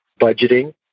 budgeting